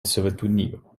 sovetunio